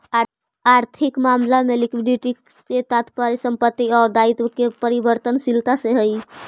आर्थिक मामला में लिक्विडिटी के तात्पर्य संपत्ति आउ दायित्व के परिवर्तनशीलता से हई